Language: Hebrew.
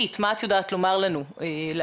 מה את יודעתי לומר לנו מספרית?